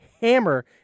hammer